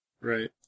Right